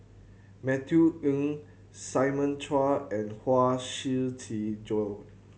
Matthew Ngui Simon Chua and Huang Shiqi Joan